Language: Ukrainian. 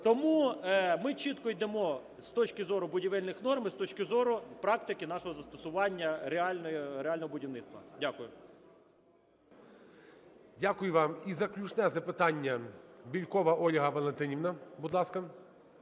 Тому ми чітко йдемо з точки зору будівельних норм і з точки зору практики нашого застосування реального будівництва. Дякую. ГОЛОВУЮЧИЙ. Дякую вам. І заключне запитання Бєлькова Ольга Валентинівна.